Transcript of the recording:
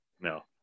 No